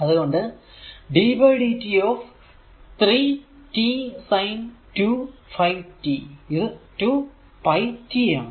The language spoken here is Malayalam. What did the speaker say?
അത് കൊണ്ട് ddt of 3 t sin 2ϕt ഇത് 2πt ആണ്